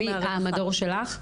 המדור שלך?